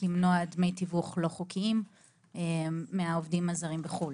למנוע דמי תיווך לא חוקיים מהעובדים הזרים בחו"ל.